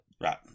Right